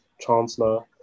Chancellor